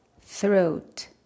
Throat